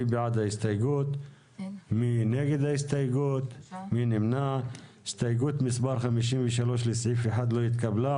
הצבעה לא אושרה הסתייגות מספר 38 נפלה,